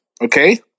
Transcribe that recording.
okay